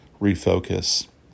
refocus